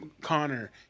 Connor